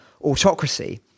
autocracy